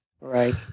Right